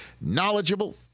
knowledgeable